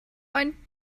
ein